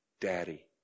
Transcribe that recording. Daddy